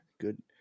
Good